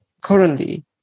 Currently